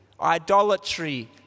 idolatry